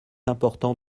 important